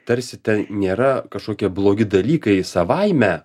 tarsi tai nėra kažkokie blogi dalykai savaime